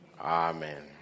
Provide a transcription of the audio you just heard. Amen